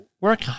work